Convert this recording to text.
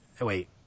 wait